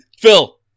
Phil